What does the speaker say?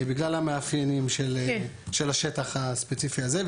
בגלל המאפיינים של השטח הספציפי הזה.